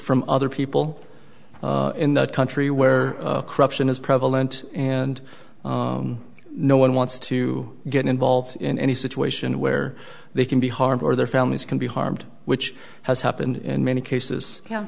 from other people in that country where corruption is prevalent and no one wants to get involved in any situation where they can be harmed or their families can be harmed which has happened in many cases